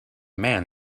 man